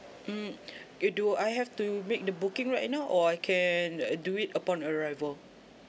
mm do I have to make the booking right you know or I can uh do it upon arrival